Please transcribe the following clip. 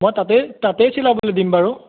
মই তাতেই তাতেই চিলাবলৈ দিম বাৰু